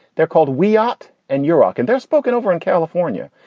they're called we up and you're ok. and they're spoken over in california.